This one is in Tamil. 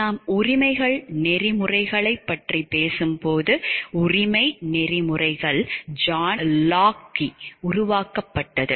நாம் உரிமைகள் நெறிமுறைகளைப் பற்றி பேசும்போது உரிமை நெறிமுறைகள் ஜான் லாக்கால் உருவாக்கப்பட்டது